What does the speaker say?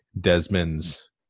Desmond's